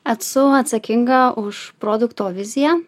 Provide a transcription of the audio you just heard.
esu atsakinga už produkto viziją